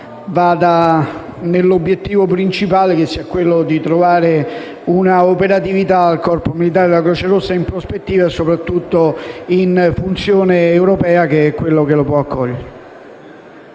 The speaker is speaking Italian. nell'obiettivo principale che è quello di trovare un'operatività al Corpo militare della Croce Rossa in prospettiva e soprattutto in funzione europea, che è l'ambito in cui